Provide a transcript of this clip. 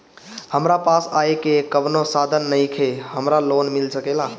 हमरा पास आय के कवनो साधन नईखे हमरा लोन मिल सकेला?